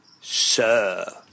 Sir